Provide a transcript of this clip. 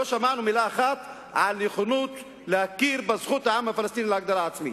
לא שמענו מלה אחת על נכונות להכיר בזכות של העם הפלסטיני להגדרה עצמית.